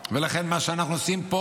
ולכן, מה שאנחנו עושים פה,